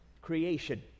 creation